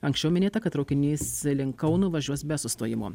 anksčiau minėta kad traukinys link kauno važiuos be sustojimo